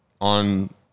on